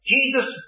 Jesus